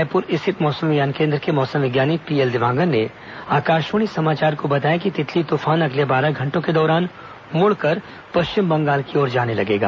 रायपुर स्थित मौसम विज्ञान केन्द्र के मौसम विज्ञानी पीएल देवांगन ने आकाशवाणी समाचार को बताया कि तितली तूफान अगले बारह घंटों के दौरान मुड़कर पश्चिम बंगाल की ओर जाने लगेगा